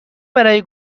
برای